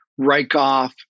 Reichoff